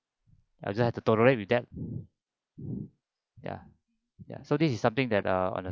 I just have to tolerate with that ya ya so this is something that uh on the